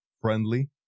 friendly